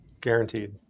Guaranteed